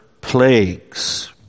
plagues